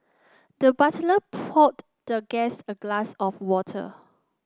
the butler poured the guest a glass of water